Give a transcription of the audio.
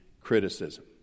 criticism